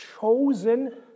chosen